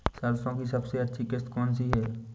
सरसो की सबसे अच्छी किश्त कौन सी है?